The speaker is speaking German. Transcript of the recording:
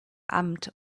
amt